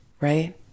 right